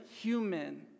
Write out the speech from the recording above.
human